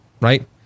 right